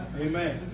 Amen